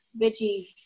veggie